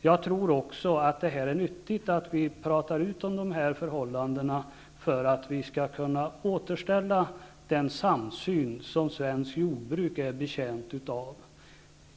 Jag tror också att det är nyttigt att vi pratar ut om dessa förhållanden för att vi skall kunna återställa den samsyn som svenskt jordbruk är betjänt av.